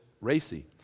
racy